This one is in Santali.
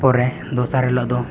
ᱯᱚᱨᱮ ᱫᱚᱥᱟᱨ ᱦᱤᱞᱚᱜ ᱫᱚ